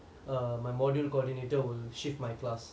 err my module coordinator will shift my class